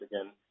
again